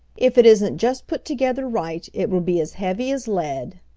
if it isn't just put together right, it will be as heavy as lead.